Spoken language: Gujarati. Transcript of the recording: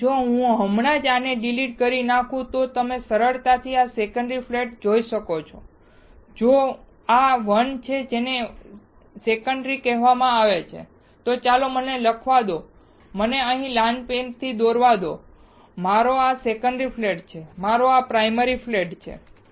તેથી જો હું હમણાં જ આને ડિલીટ કરી નાખું તો તમે સરળતાથી આ સેકન્ડરી ફ્લેટ જોઈ શકો છો જે આ 1 છે જેને સેકન્ડરી કહેવામાં આવે છે તો ચાલો મને લખવા દો મને અહીં લાલ પેનથી દોરવા દો આ મારો સેકન્ડરી ફ્લેટ છે આ મારો પ્રાયમરી ફ્લેટ છે